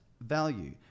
value